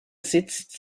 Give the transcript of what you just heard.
sitzt